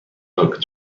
talk